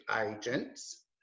agents